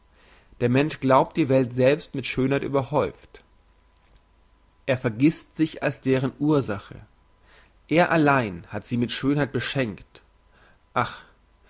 der mensch glaubt die welt selbst mit schönheit überhäuft er vergisst sich als deren ursache er allein hat sie mit schönheit beschenkt ach